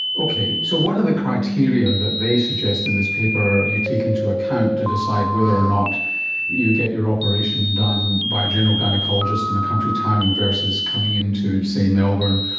okay, so what are the criteria that they suggest in this paper you take into account to decide whether or not you get your operation done by a general gynaecologist in a country town versus coming in to, say, melbourne,